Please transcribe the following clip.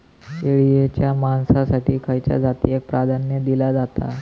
शेळीच्या मांसाएसाठी खयच्या जातीएक प्राधान्य दिला जाता?